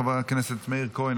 חבר הכנסת מאיר כהן,